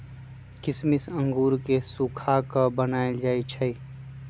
किशमिश अंगूर के सुखा कऽ बनाएल जाइ छइ